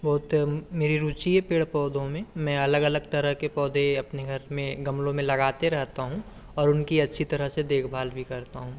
बहुत मेरी रुचि है पेड़ पौधों में मैं अलग अलग तरह के पौधे अपने घर में गमलों में लगाते रहता हूँ और उनकी अच्छी तरह से देखभाल भी करता हूँ